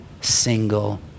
single